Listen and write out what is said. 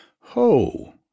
Ho